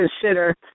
consider